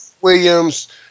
Williams